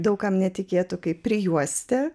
daug kam netikėtu kaip prijuoste